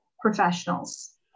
professionals